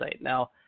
Now